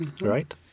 right